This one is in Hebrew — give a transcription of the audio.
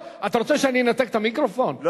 אתה רוצה שאני אנתק את המיקרופון,